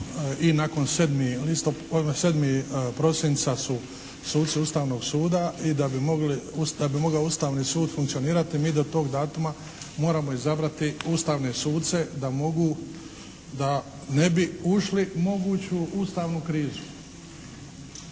i nakon 7. prosinca su suci Ustavnog suda i da bi mogao Ustavni sud funkcionirati mi do tog datuma moramo izabrati Ustavne suce da mogu, da ne bi ušli u moguću Ustavnu krizu.